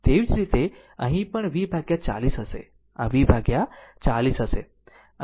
તેવી જ રીતે અહીં પણ V 40 હશે આ V 40 હશે